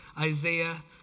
Isaiah